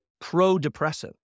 pro-depressive